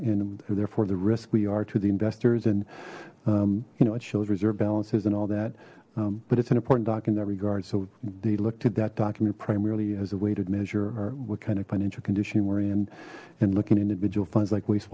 and therefore the risk we are to the investors and you know what shows reserve balances and all that but it's an important talk in that regard so they look to that document primarily as a way to measure or what kind of financial condition we're in and looking individual funds like waste